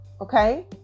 Okay